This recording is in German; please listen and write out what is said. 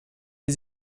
sie